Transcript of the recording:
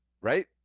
Right